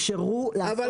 אפשרו לאכלס את זה בעבר,